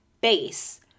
base